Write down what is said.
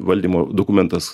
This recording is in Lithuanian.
valdymo dokumentas